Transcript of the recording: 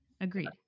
Agreed